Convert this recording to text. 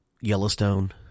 Yellowstone